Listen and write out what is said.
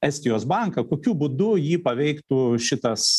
estijos banką kokiu būdu jį paveiktų šitas